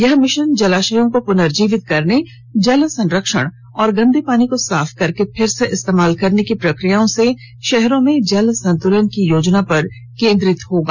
यह मिशन जलाशयों को पुनर्जीवित करने जल संरक्षण और गंदे पानी को साफ करके फिर से इस्तेमाल करने की प्रक्रियाओं से शहरों में जल संतुलन की योजना पर केन्द्रित होगा